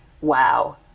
wow